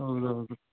ಹೌದೌದು